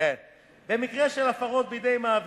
1. במקרה של הפרות בידי מעביד,